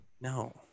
No